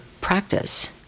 practice